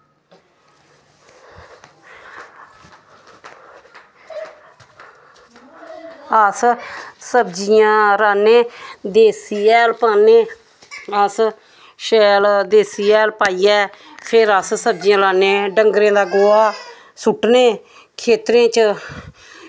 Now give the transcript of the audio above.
अस सब्जियां राह्ने देसी हैल पान्ने अस शैल देसी हैल पाइयै फिर अस सब्जियां लान्ने डंगरें दा गोहा सुट्टनै खेत्तरें च